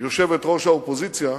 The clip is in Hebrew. בא להם?